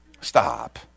Stop